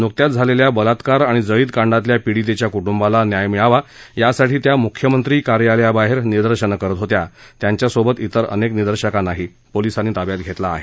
न्कत्याच झालेल्या बलात्कार आणि जळित कांडातल्या पीडितेच्या कुटुंबाला न्याय मिळावा यासाठी त्या मुख्यमंत्री कार्यालयाबाहेर निदर्शनं करत होत्या त्यांच्याबरोबर इतर अनेक निदर्शकांनाही पोलिसांनी ताब्यात घेतलं आहे